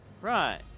Right